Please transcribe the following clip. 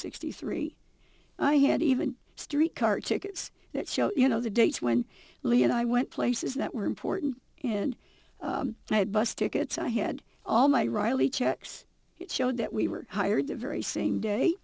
sixty three i had even a street car tickets that show you know the dates when lee and i went places that were important and i had bus tickets i had all my riley checks showed that we were hired the very same day